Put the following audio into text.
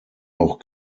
auch